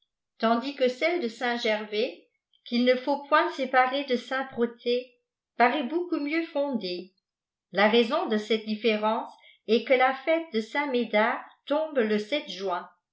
tandis que celle de saint gervais qu'il ne faut point séparer de saint protais parait beaucoup mieux fondée la faioq de cette différence est que la fête de saint médard tombe le juin